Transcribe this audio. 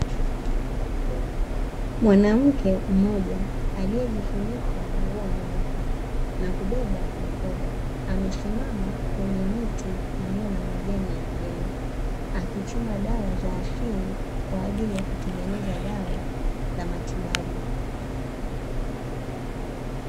Mwanamke mmoja aliyejifunika nguo nyeupe na kubeba mkoba, amesimama kwenye miti iliyo na majani ya kijani akichuma dawa za asili kwa ajili ya kutengeneza dawa za matibabu.